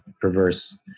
perverse